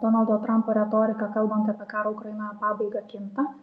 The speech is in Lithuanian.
donaldo trampo retorika kalbant apie karo ukrainoje pabaigą kinta